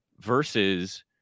Versus